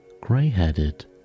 grey-headed